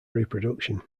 reproduction